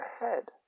ahead